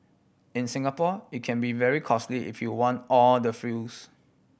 in Singapore it can be very costly if you want all the frills